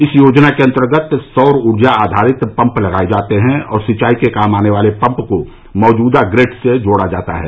इस योजना के अंतर्गत सौर ऊर्जा आधारित पम्प लगाए जाते हैं और सिंचाई के काम आने वाले पम्प को मौजूदा ग्रिड से जोड़ा जाता है